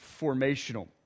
formational